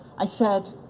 i said,